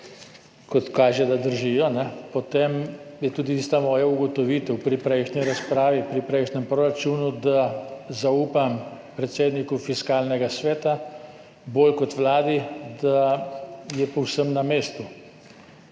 kot kaže, da držijo, potem je tudi tista moja ugotovitev pri prejšnji razpravi, pri prejšnjem proračunu, da zaupam predsedniku Fiskalnega sveta bolj kot vladi, da je povsem na mestu.